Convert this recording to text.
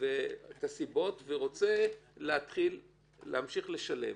ורוצה להמשיך לשלם.